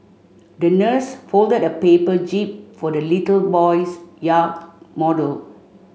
the nurse folded a paper jib for the little boy's yacht model